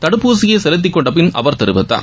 தடுப்பூசியை செலுத்திக் கொண்டபின் அவர் தெரிவித்தார்